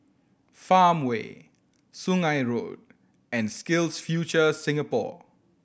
Farmway Sungei Road and SkillsFuture Singapore